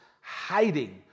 hiding